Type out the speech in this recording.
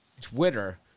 Twitter